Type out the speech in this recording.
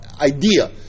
idea